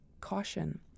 caution